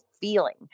feeling